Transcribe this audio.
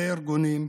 ראשי ארגונים,